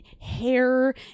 hair